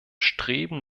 streben